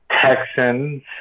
Texans